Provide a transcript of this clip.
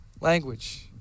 language